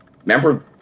Remember